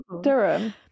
Durham